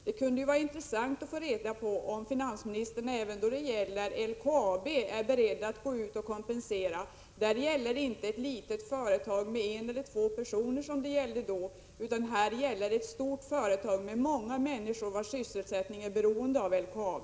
Det kunde vara intressant att få reda på om finansministern även då det gäller LKAB är beredd att gå ut och kompensera. Det gäller inte ett litet företag med en eller två personer, som i det tidigare fallet, utan det gäller ett stort företag med många människor, vars sysselsättning är beroende av LKAB.